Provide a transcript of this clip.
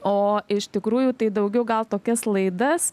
o iš tikrųjų tai daugiau gal tokias laidas